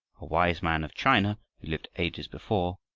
a wise man of china, who lived ages before,